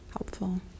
helpful